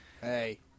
Hey